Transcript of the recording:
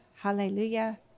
Hallelujah